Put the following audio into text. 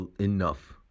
enough